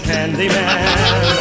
Candyman